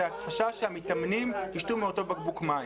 החשש שהמתאמנים יישתו מאותו בקבוק מים.